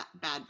bad